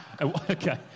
Okay